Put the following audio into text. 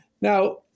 Now